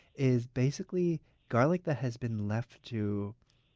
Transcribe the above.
is basically garlic that has been left to,